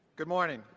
good morning,